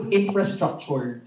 infrastructure